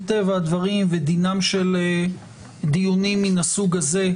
מטבע הדברים ודינם של דיונים מהסוג הזה,